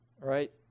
right